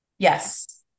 Yes